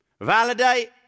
Validate